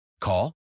Call